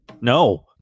No